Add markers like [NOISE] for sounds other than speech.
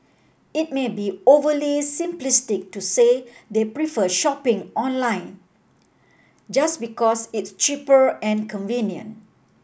it may be overly simplistic to say they prefer shopping online just because it's cheaper and [UNINTELLIGIBLE]